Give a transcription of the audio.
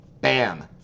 Bam